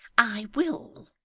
i will